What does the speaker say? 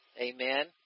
Amen